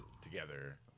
together